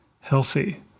healthy